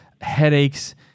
headaches